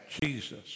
Jesus